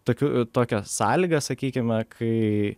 tokių tokias sąlygas sakykime kai